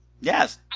Yes